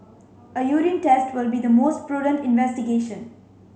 a urine test would be the most prudent investigation